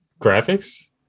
graphics